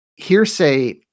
Hearsay